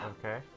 Okay